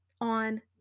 on